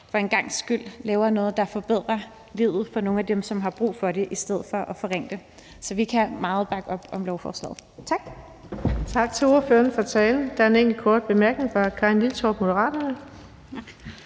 for en gangs skyld laver noget, der forbedrer livet for nogle af dem, som har brug for det, i stedet for at forringe det. Så vi kan bakke meget op om lovforslaget.